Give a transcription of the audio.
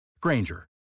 Granger